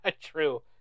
true